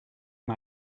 and